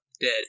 dead